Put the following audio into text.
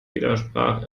widersprach